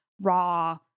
raw